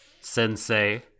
Sensei